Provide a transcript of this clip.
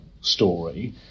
story